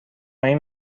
این